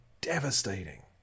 devastating